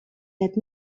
that